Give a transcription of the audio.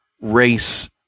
race